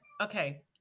Okay